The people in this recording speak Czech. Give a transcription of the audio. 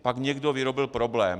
Pak někdo vyrobil problém.